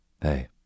Hey